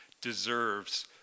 deserves